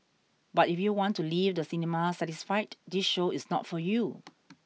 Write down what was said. but if you want to leave the cinema satisfied this show is not for you